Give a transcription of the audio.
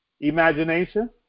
imagination